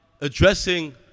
addressing